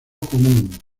común